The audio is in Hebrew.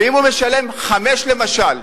ואם הוא משלם 5,000, למשל,